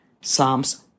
Psalms